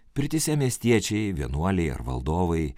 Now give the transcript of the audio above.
pirtyse miestiečiai vienuoliai ar valdovai